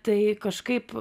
tai kažkaip